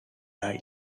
die